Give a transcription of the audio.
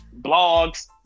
blogs